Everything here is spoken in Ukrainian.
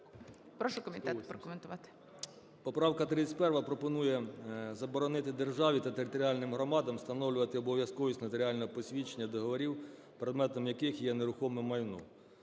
Прошу комітет прокоментувати. 11:50:21 КУЛІНІЧ О.І. Поправка 31 пропонує заборонити державі та територіальним громадам встановлювати обов'язковість нотаріального посвідчення договорів, предметом яких є нерухоме майно.